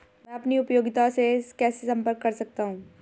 मैं अपनी उपयोगिता से कैसे संपर्क कर सकता हूँ?